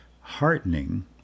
heartening